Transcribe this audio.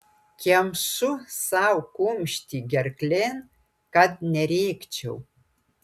kemšu sau kumštį gerklėn kad nerėkčiau